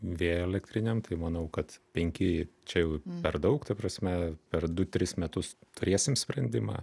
vėjo elektrinėm manau kad penki čia jau per daug ta prasme per du tris metus turėsim sprendimą